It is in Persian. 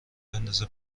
بندازه